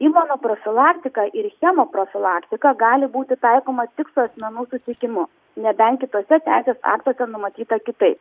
imunoprofilaktika ir chemoprofilaktika gali būti taikoma tik su asmenų sutikimu nebent kitose teisės aktuose numatyta kitaip